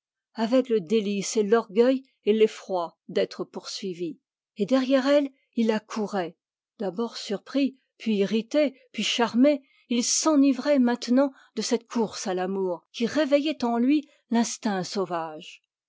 avec le délice et l'orgueil et l'effroi d'être poursuivie et derrière elle il accourait d'abord surpris puis irrité puis charmé il s'enivrait maintenant de cette course à l'amour qui réveillait en lui l'instinct sauvage